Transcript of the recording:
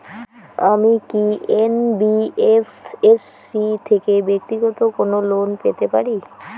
আমি কি এন.বি.এফ.এস.সি থেকে ব্যাক্তিগত কোনো লোন পেতে পারি?